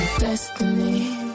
destiny